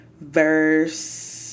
verse